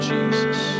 Jesus